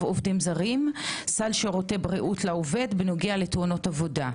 עובדים זרים (סל שירותי בריאות לעובד) בנוגע לתאונות עבודה.